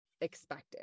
expected